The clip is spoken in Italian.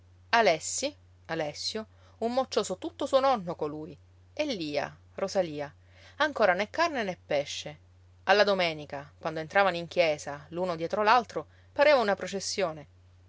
un moccioso tutto suo nonno colui e lia rosalia ancora né carne né pesce alla domenica quando entravano in chiesa l'uno dietro l'altro pareva una processione